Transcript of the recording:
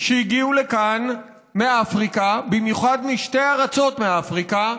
שהגיעו לכאן מאפריקה, במיוחד משתי ארצות מאפריקה: